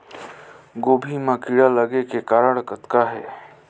गोभी म कीड़ा लगे के कारण कतना हे?